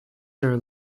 sir